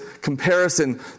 comparison